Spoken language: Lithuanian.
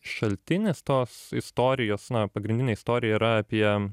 šaltinis tos istorijos na pagrindinė istorija yra apie